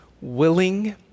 willing